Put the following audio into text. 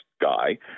guy